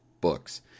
books